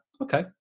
okay